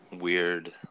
weird